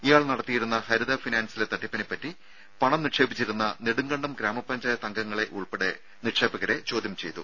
ഇയാൾ നടത്തിയിരുന്ന ഹരിത ഫിനാൻസിലെ തട്ടിപ്പിനെപ്പറ്റി പണം നിക്ഷേപിച്ചിരുന്ന നെടുങ്കണ്ടം ഗ്രാമപഞ്ചായത്ത് അംഗങ്ങളെ ഉൾപ്പെടെ നിക്ഷേപകരെ ചോദ്യം ചെയ്തു